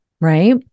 right